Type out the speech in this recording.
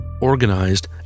organized